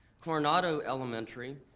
coronado elementary,